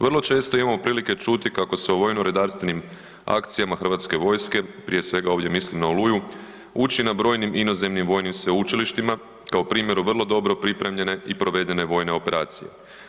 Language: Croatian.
Vrlo često imamo prilike čuti kako se u vojno redarstvenim akcijama Hrvatske vojske, prije svega ovdje mislim na Oluju, uči na brojnim inozemnim vojnim sveučilištima kao primjeru vrlo dobro pripremljene vojne operacije.